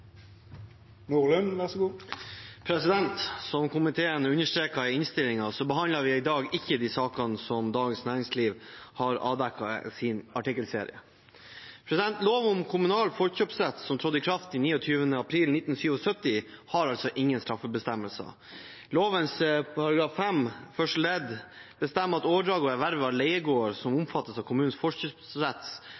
Dagens Næringsliv har avdekket i sin artikkelserie. Lov om kommunal forkjøpsrett til leiegårder, som trådte i kraft 29. april 1977, har ingen straffebestemmelser. Lovens § 5 første ledd bestemmer at: «Overdrager og erverver av leiegård som